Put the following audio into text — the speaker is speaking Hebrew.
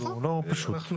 כאילו, לא פשוט.